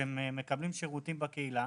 שמקבלים שירותים בקהילה,